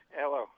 Hello